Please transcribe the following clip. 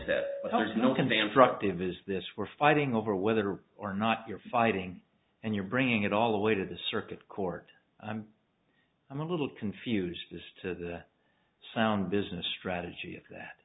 visit this we're fighting over whether or not you're fighting and you're bringing it all the way to the circuit court i'm a little confused as to the sound business strategy of that